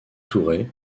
touré